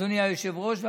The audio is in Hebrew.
אדוני היושב-ראש,